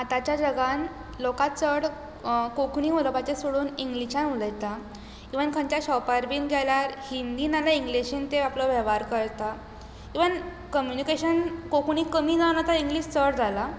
आतांच्या जगांत लोकां चड कोंकणी उलोवपाचें सोडून इंग्लिश्यान उलयता इवन खंयच्या शॉपार बीन गेल्यार हिंदी नाजाल्यार इंग्लिशींत ते आपलो वेव्हार करतात इवन कमुनिकेशन कोंकणी कमी जावन आतां इंग्लीश चड जालां